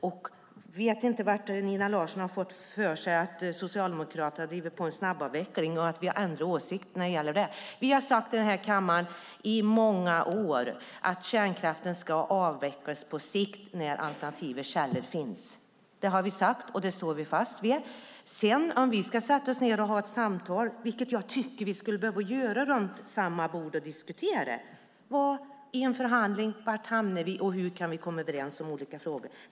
Jag vet inte varför Nina Larsson har fått för sig att Socialdemokraterna driver på en snabbavveckling och att vi har ändrat åsikt. I många år har vi sagt att kärnkraften ska avvecklas på sikt när det finns alternativ. Det har vi sagt, och det står vi fast vid. Jag tycker att vi skulle behöva ha ett samtal och en förhandling om hur vi skulle kunna komma överens och var vi skulle hamna.